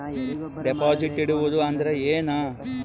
Deposit ಇಡುವುದು ಅಂದ್ರ ಏನ?